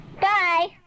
Bye